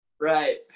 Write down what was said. Right